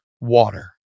water